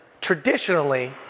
traditionally